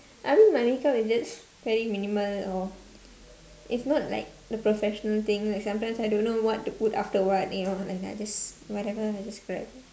I don't have any cause it's just very minimal or it's not like the professional thing like sometimes I don't know what to put after what you know like I just whatever I just grab